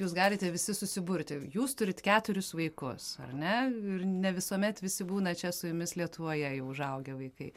jūs galite visi susiburti jūs turit keturis vaikus ar ne ir ne visuomet visi būna čia su jumis lietuvoje jau užaugę vaikai